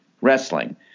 wrestling